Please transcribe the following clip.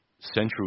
Central